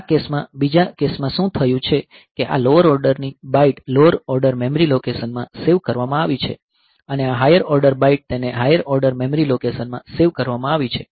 આ કેસ માં બીજા કેસમાં શું થયું છે કે આ લોઅર ઓર્ડર ની બાઈટ લોઅર ઓર્ડર મેમરી લોકેશનમાં સેવ કરવામાં આવી છે અને આ હાયર ઓર્ડર બાઈટ તેને હાયર ઓર્ડર મેમરી લોકેશનમાં સેવ કરવામાં આવી છે